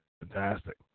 fantastic